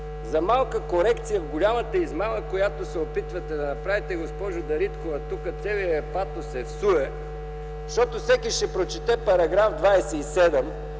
за малка корекция в голямата измама, която се опитвате да направите. Госпожо Дариткова, тук целият Ви патос е всуе. Всеки ще прочете § 27